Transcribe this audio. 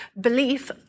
belief